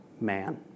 man